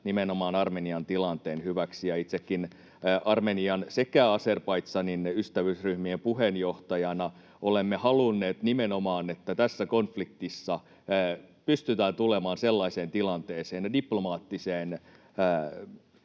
nimenomaan Armenian tilanteen hyväksi, samoin itsekin Armenian sekä Azerbaidžanin ystävyysryhmien puheenjohtajana. Olemme halunneet nimenomaan, että tässä konfliktissa pystytään tulemaan sellaiseen tilanteeseen ja diplomaattiseen